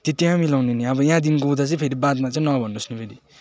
त्यो त्यहाँ मिलाउने नि अब यहाँदेखिको उता चाहिँ फेरि बादमा चाहिँ नभन्नुहोस् नि फेरि